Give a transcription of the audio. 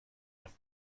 dass